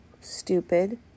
stupid